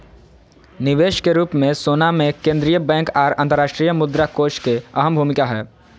निवेश के रूप मे सोना मे केंद्रीय बैंक आर अंतर्राष्ट्रीय मुद्रा कोष के अहम भूमिका हय